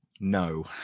No